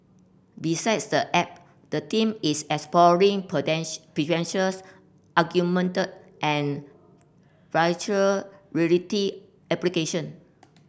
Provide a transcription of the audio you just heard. besides the app the team is exploring potential potentials augmented and virtual reality application